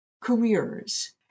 careers